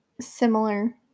similar